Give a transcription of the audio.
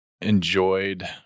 enjoyed